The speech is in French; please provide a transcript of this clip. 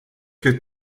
que